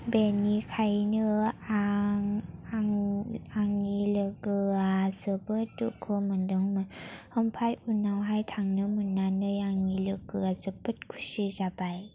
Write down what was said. बेनिखायनो आं आं आंनि लोगोआ जोबोर दुखु मोन्दोंमोन ओमफ्राय उनावहाय थांनो मोन्नानै आंनि लोगोआ जोबोद खुसि जाबाय